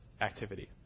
activity